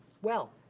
well,